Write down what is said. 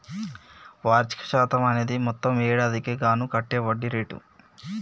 వార్షిక శాతం అనేది మొత్తం ఏడాదికి గాను కట్టే వడ్డీ రేటు